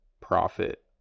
profit